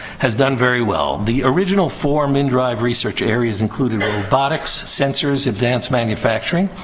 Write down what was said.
has done very well. the original four mndrive research areas included robotics, sensors, advanced manufacturing,